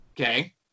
Okay